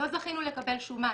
לא זכינו לקבל שום מענה.